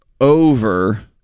over